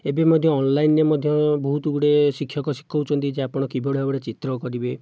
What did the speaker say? ଏବେ ମଧ୍ୟ ଅନ୍ଲାଇନ୍ରେ ମଧ୍ୟ ବହୁତ ଗୁଡ଼ିଏ ଶିକ୍ଷକ ଶିଖାଉଛନ୍ତି ଯେ ଆପଣ କିଭଳି ଭାବରେ ଚିତ୍ର କରିବେ